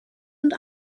und